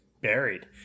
buried